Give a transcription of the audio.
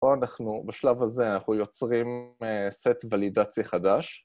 או אנחנו, בשלב הזה אנחנו יוצרים סט ולידציה חדש.